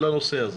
לנושא הזה,